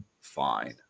fine